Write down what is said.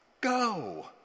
Go